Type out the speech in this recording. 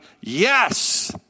yes